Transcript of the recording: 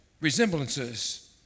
resemblances